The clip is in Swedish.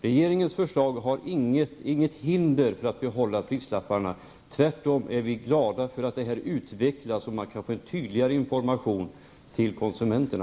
Regeringens förslag innehåller inget hinder för att behålla prislapparna. Tvärtom är vi glada för att utvecklingen går mot en tydligare information till konsumenterna.